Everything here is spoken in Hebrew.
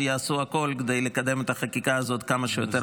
שיעשו הכול כדי לקדם את החקיקה הזאת כמה שיותר